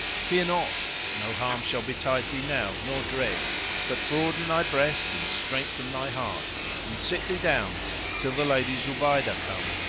fear not no harm shall betide thee now nor dread but broaden thy breast and strengthen thy heart and sit thee down till the lady zubaydah come,